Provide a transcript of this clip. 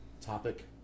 topic